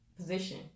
position